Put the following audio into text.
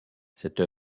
cette